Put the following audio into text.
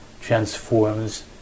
transforms